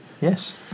Yes